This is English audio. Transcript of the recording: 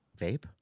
Vape